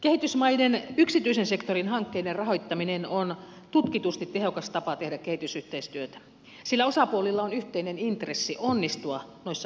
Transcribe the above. kehitysmaiden yksityisen sektorin hankkeiden rahoittaminen on tutkitusti tehokas tapa tehdä kehitysyhteistyötä sillä osapuolilla on yhteinen intressi onnistua noissa hankkeissa